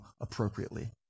appropriately